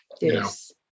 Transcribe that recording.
Yes